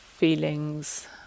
feelings